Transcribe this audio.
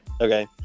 Okay